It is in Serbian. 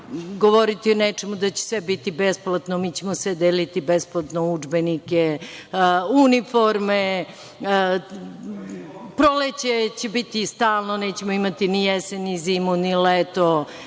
govoriti o nečemu da će sve biti besplatno, mi ćemo sve deliti besplatno, udžbenike, uniforme, proleće će biti stalno, nećemo imati ni jesen, ni zimu, ni leto,